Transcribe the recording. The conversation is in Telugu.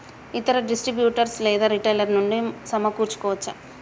ఇతర డిస్ట్రిబ్యూటర్ లేదా రిటైలర్ నుండి సమకూర్చుకోవచ్చా?